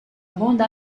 bande